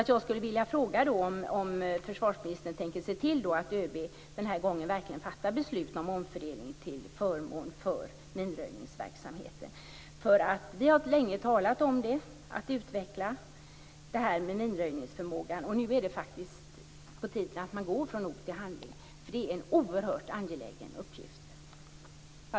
Därför skulle jag vilja fråga om försvarsministern tänker se till att ÖB den här gången verkligen fattar beslut om omfördelning till förmån för minröjningsverksamheten. Vi har länge talat om att utveckla minröjningsförmågan, och nu är det faktiskt på tiden att man går från ord till handling, eftersom det är en oerhört angelägen uppgift.